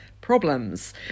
problems